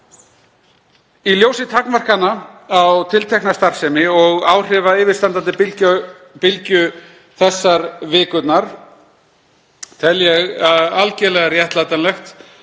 Í ljósi takmarkana á tiltekna starfsemi og áhrifa yfirstandandi bylgju þessar vikurnar tel ég algerlega réttlætanlegt